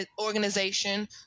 organization